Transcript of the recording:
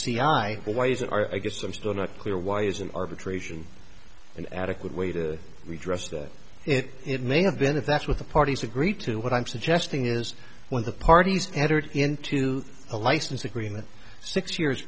always are i guess i'm still not clear why is an arbitration an adequate way to redress that it may have been if that's what the parties agreed to what i'm suggesting is when the parties entered into a license agreement six years